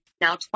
now